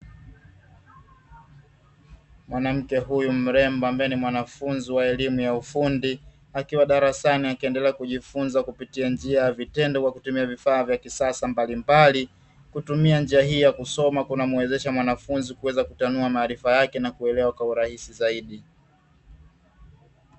Mwanamke huyu mrembo ambaye ni mwanafunzi wa elimu ya ufundi, akiwa darasani kuendelea kujifunza kupitia njia ya vitendo kupitia vifaa mbalimbali. Kutumia njia kunamuwezesha kuweza kutanua maarifa yake kuweza kuelewa kwa urahisi zaidi.